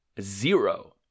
zero